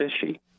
fishy